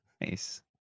Nice